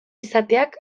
izateak